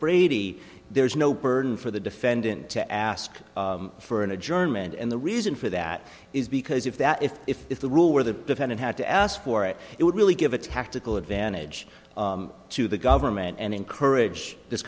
brady there is no burden for the defendant to ask for an adjournment and the reason for that is because if that if if if the rule where the defendant had to ask for it it would really give a tactical advantage to the government and encourage this